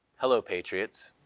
hello patriots.